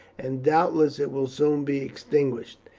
and doubtless it will soon be extinguished.